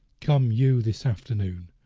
come you this afternoon,